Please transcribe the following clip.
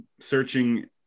searching